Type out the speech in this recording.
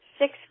six